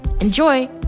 Enjoy